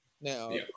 now